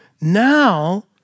Now